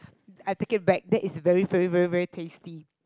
I take it back that is very very very tasty